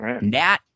Nat